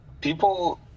people